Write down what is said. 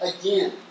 again